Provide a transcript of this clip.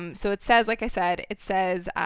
um so, it says, like i said, it says